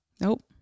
Nope